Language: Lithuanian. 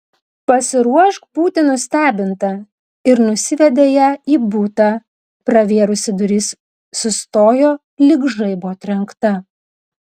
pasiruošk būti nustebinta ir nusivedė ją į butą pravėrusi duris sustojo lyg žaibo trenkta